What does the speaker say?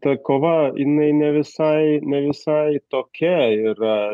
ta kova jinai ne visai ne visai tokia yra